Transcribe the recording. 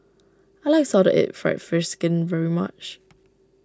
I like Salted Egg Fried Fish Skin very much